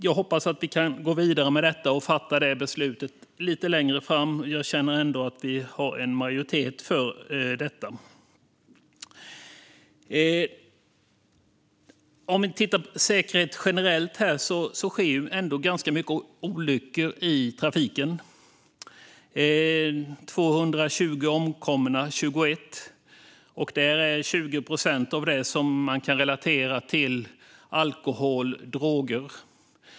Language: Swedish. Jag hoppas att vi kan gå vidare med detta och fatta det beslutet lite längre fram. Jag känner ändå att vi har en majoritet för detta. När det gäller säkerhet generellt sker ändå ganska många olyckor i trafiken. År 2021 hade vi 220 omkomna, varav 20 procent kunde relateras till alkohol och droger.